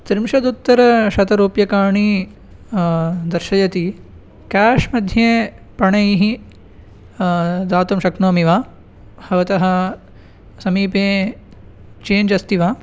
त्रिंशदुत्तरशतरूप्यकाणि दर्शयति क्याश्मध्ये आपणैः दातुं शक्नोमि वा भवतः समीपे चेञ्ज् अस्ति वा